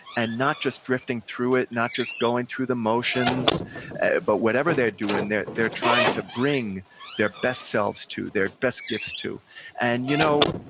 and not just drifting through it, not just going through the motions but whatever they're doing, they're they're trying to bring their best selves to, their best gifts to and you know